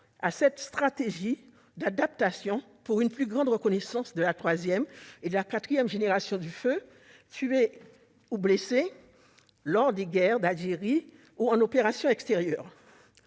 à cette stratégie d'adaptation, pour une plus grande reconnaissance des troisième et quatrième générations du feu, des soldats tués ou blessés lors de la guerre d'Algérie ou en opérations extérieures.